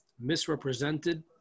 misrepresented